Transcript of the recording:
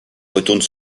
retourne